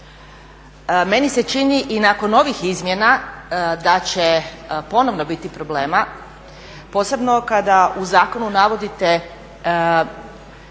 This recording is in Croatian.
Meni se čini i nakon ovih izmjena da će ponovno biti problema posebno kada u zakonu navodite